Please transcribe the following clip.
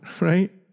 right